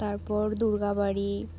তারপর দুর্গাবাড়ি